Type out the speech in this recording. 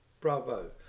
Bravo